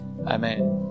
Amen